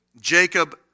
Jacob